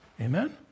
Amen